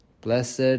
Blessed